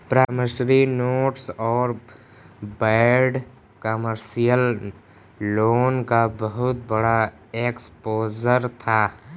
promissory notes और bad commercial loan का बहुत बड़ा एक्सपोजर था